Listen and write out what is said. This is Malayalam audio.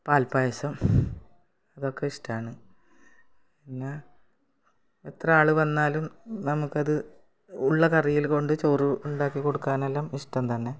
പാൽപ്പായസം അതൊക്കെ ഇഷ്ടമാണ് പിന്നെ എത്ര ആളുവന്നാലും നമുക്കത് ഉള്ള കറികൾ കൊണ്ട് ചോറ് ഉണ്ടാക്കിക്കൊടുക്കാനെല്ലാം ഇഷ്ടം തന്നെ